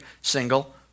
single